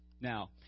Now